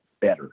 better